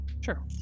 Sure